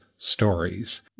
stories